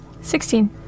Sixteen